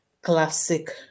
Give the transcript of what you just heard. Classic